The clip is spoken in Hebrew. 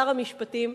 שר המשפטים,